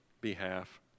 behalf